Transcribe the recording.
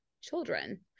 children